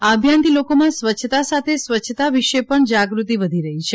આ અભિયાનથી લોકોમાં સ્વસ્થતા સાથે સ્વચ્છતા વિશે પણ જાગૃતિ વધી રહી છે